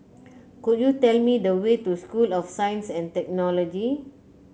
could you tell me the way to School of Science and Technology